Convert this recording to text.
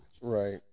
right